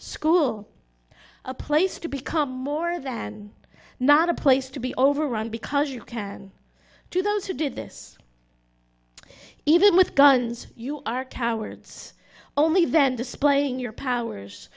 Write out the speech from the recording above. school a place to become more than not a place to be overrun because you can to those who did this even with guns you are cowards only then displaying your powers